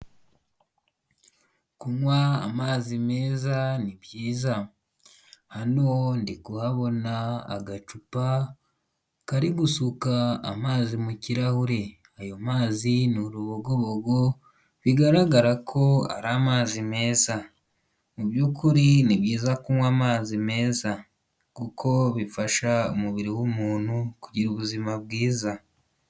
Kunywa amazi meza ni byiza, hano ndi kuhabona agacupa kari gusuka amazi mu kirahure, ayo mazi ni urubogobogo, bigaragara ko ari amazi meza, mu byukuri ni byiza kunywa amazi meza kuko bifasha umubiri w'umuntu kugira ubuzima bwiza.